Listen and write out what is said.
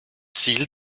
ziel